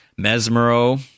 Mesmero